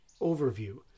overview